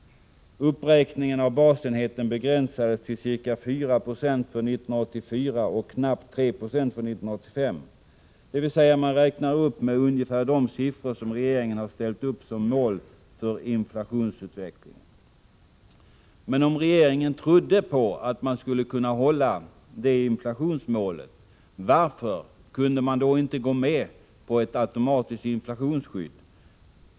Uppräkningen av basenheten begränsades till ca 4 90 för 1984 och knappt 3 70 för 1985, dvs. man räknar upp med ungefär de siffror som regeringen har ställt upp som mål för inflationsutvecklingen. Men om regeringen trodde att man skulle kunna hålla det inflationsmålet, varför kunde man då inte gå med på ett automatiskt inflationsskydd?